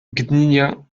gdynia